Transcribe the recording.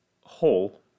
hole